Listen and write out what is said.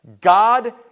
God